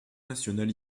national